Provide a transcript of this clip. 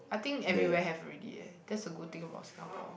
I think everywhere have already eh that's a good thing about Singapore